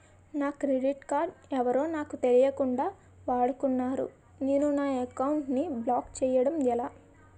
నా credit card ఎవరో నాకు తెలియకుండా వాడుకున్నారు నేను నా కార్డ్ ని బ్లాక్ చేయడం ఎలా?